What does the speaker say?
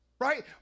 Right